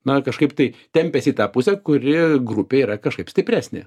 na kažkaip tai tempias į tą pusę kuri grupė yra kažkaip stipresnė